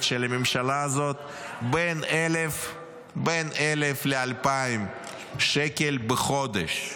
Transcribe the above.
של הממשלה הזאת בין 1,000 ל-2,000 שקלים בחודש.